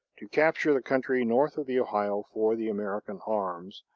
to capture the country north of the ohio for the american arms